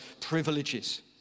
privileges